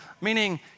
meaning